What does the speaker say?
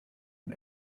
man